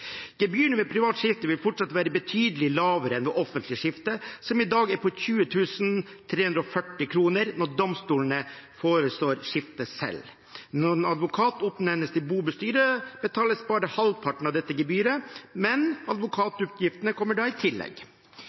Gebyrene ved privat skifte vil fortsatt være betydelig lavere enn ved offentlig skifte, som i dag er på 20 340 kr, når domstolene forestår skiftet selv. Når en advokat oppnevnes til bobestyrer, betales bare halvparten av dette gebyret, men advokatutgiftene kommer da i tillegg.